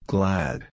Glad